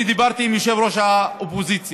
אני דיברתי עם יושב-ראש האופוזיציה